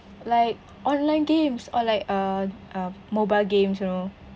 like online games or like uh uh mobile games you know